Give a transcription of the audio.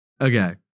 Okay